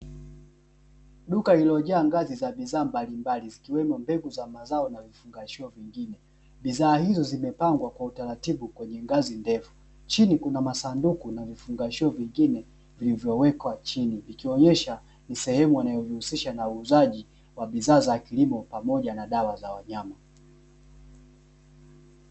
Duka lililojaa ngazi za bidhaa mbalimbali zikiwemo mbegu za mazao na vifungashio vingine. Bidhaa hizo zimepangwa kwa utaratibu kwenye ngazi ndefu. Chini kuna masanduku na vifungashio vingine vilivyowekwa chini. Ikionyesha ni sehemu wanayojihusisha na uuzaji wa bidhaa za kilimo, pamoja na dawa za wanyama.